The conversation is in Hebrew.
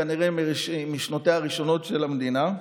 כנראה משנותיה הראשונות של המדינה,